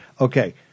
Okay